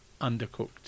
undercooked